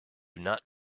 not